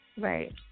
Right